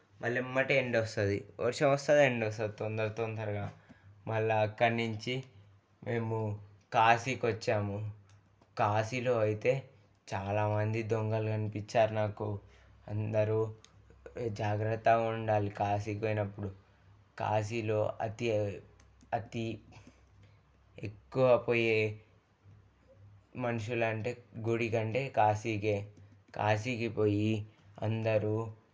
మళ్ళా ఎంబటే ఎండ వస్తుంది వర్షం వస్తుంది ఎండ వస్తుంది తొందర తొందరగా మళ్ళా అక్కడ నుంచి మేము కాశీకి వచ్చాము కాశీలో అయితే చాలామంది దొంగలు కనిపించారు నాకు అందరు జాగ్రత్తగా ఉండాలి కాశీకి పోయినప్పుడు కాశీలో అతి అతి ఎక్కువ పోయే మనుషులు అంటే గుడి కంటే కాశీకే కాశీకి పోయి అందరు